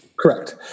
Correct